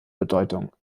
bedeutung